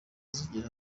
zigira